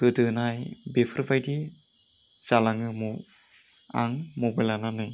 गोदोनाय बेफोरबाइदि जालाङो आं मबाइल लानानै